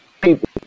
people